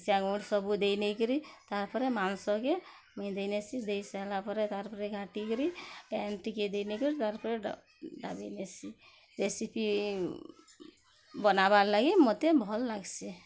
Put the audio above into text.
ମିରଚା ଗୁଣ୍ଡ୍ ସବୁ ଦେଇ ନେଇ କରି ତା'ର୍ ପରେ ମାଂସକେ ମୁଇଁ ଦେଇନେସି ଦେଇ ସାଇଲା ପରେ ତା'ର୍ ପରେ ଘାଣ୍ଟି କରି ପେନ୍ ଟିକେ ଦେଇ ନେଇ କରି ତା'ର୍ ପରେ ଢ଼ାପି ନେସି ରେସିପି ବନାବାର୍ ଲାଗି ମୋତେ ଭଲ୍ ଲାଗସି